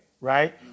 right